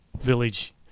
village